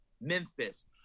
Memphis